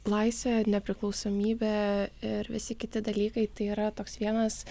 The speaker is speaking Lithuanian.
laisvę nepriklausomybę ir visi kiti dalykai tai yra toks vienas